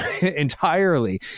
entirely